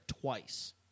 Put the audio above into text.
twice